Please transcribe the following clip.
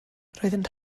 roedd